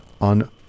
On